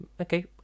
okay